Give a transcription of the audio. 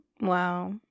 Wow